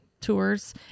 tours